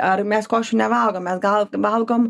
ar mes košių nevalgom mes gal valgom